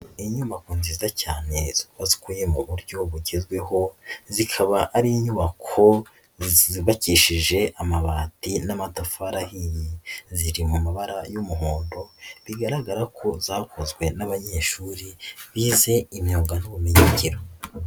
Inyubako nziza cyane zubatswe mu buryo bugezweho, zikaba ari inyubako zubabakishije amabati n'amatafari ahiye ziri mu mabara y'umuhondo, bigaragara ko zakozwe n'abanyeshuri bize imyumba n'ubumenyingiro.